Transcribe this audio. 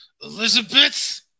Elizabeth